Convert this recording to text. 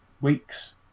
weeks